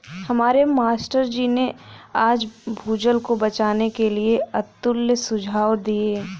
हमारे मास्टर जी ने आज भूजल को बचाने के लिए अतुल्य सुझाव दिए